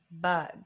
bug